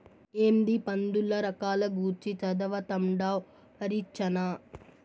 ఏందీ పందుల రకాల గూర్చి చదవతండావ్ పరీచ్చనా